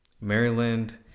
maryland